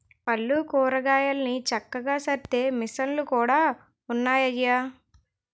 పళ్ళు, కూరగాయలన్ని చక్కగా సద్దే మిసన్లు కూడా ఉన్నాయయ్య